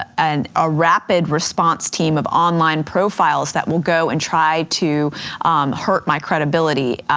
and a rapid response team of online profiles that will go and try to hurt my credibility,